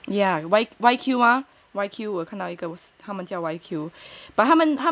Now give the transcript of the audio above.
ya WhyQ mah WhyQ 我看到一个他们叫 WhyQ